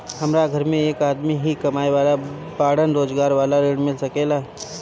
हमरा घर में एक आदमी ही कमाए वाला बाड़न रोजगार वाला ऋण मिल सके ला?